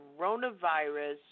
coronavirus